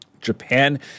Japan